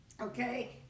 okay